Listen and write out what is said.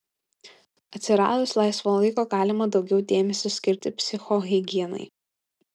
atsiradus laisvo laiko galima daugiau dėmesio skirti psichohigienai